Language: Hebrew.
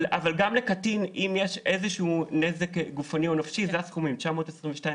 אבל גם לקטין אם יש איזשהו נזק נפשי או גופני אלו הסכומים 922,405,